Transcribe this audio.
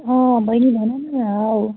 अँ बहिनी भन न हौ